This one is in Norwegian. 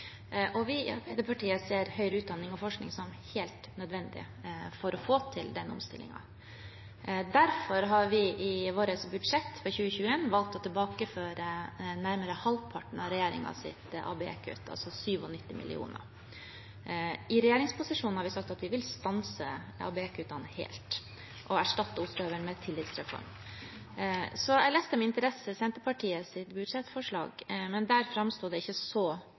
framover. Vi i Arbeiderpartiet ser høyere utdanning og forskning som helt nødvendig for å få til den omstillingen. Derfor har vi i vårt budsjett for 2021 valgt å tilbakeføre nærmere halvparten av regjeringens ABE-kutt, altså 97 mill. kr. Vi har sagt at i regjeringsposisjon vil vi stanse ABE-kuttene helt og erstatte ostehøvelen med en tillitsreform. Så jeg leste med interesse Senterpartiets budsjettforslag, men der framsto det ikke så